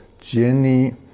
Jenny